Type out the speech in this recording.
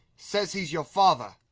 says he's your father.